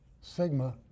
sigma